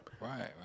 Right